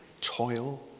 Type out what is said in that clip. toil